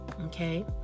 okay